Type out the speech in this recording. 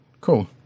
cool